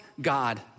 God